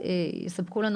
יספקו לנו